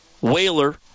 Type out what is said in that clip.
Whaler